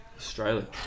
Australia